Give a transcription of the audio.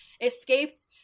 escaped